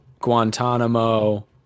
Guantanamo